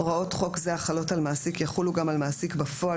הוראות חוק זה החלות על מעסיק יחולו גם על מעסיק בפועל